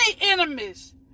enemies